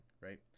right